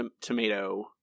tomato